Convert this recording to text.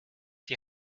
die